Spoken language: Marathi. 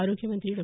आरोग्य मंत्री डॉ